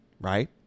right